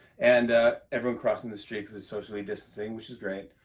and everyone crossing the street because it's socially distancing, which is great.